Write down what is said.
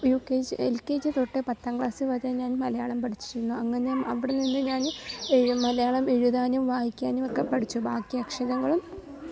you K G L K G തൊട്ടേ പത്താം class വരെ ഞാൻ മലയാളം പഠിച്ചിരുന്നു അങ്ങനെ അവടെ നിന്ന് ഞാൻ മലയാളം എഴുതാനും വായിക്കാനുമൊക്കെ പഠിച്ചു ബാക്കി അക്ഷരങ്ങളും